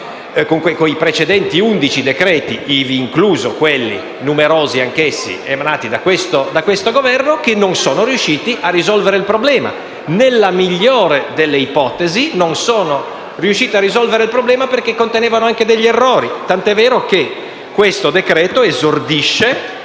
con i precedenti dieci decreti-legge, ivi inclusi quelli - anch'essi numerosi - emanati da questo Governo, che non sono riusciti a risolvere il problema. Nella migliore delle ipotesi, non sono riusciti a risolvere il problema perché contenevano anche errori, tanto è vero che questo decreto-legge esordisce